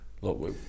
Look